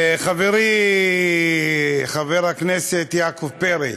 חברי חבר הכנסת יעקב פרי,